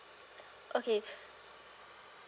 okay